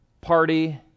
party